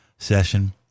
session